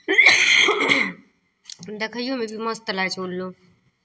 देखैओमे जे मस्त लगै छै उल्लू